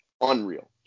unreal